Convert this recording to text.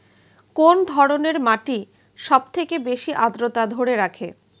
কোন ধরনের মাটি সবথেকে বেশি আদ্রতা ধরে রাখে?